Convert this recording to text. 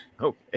Okay